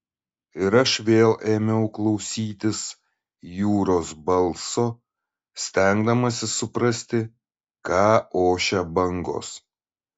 ir aš vėl ėmiau klausytis jūros balso stengdamasis suprasti ką ošia bangos